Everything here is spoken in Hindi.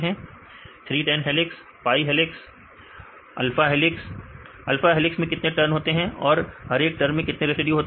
विद्यार्थी 3 10 3 10 हेलिक्स विद्यार्थी पाई हेलिक्स पाई हेलिक्स सही है अल्फा हेलिक्स में कितने टर्न होते हैं और हर एक टर्न में कितने रेसिड्यू होते हैं